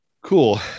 cool